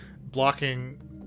blocking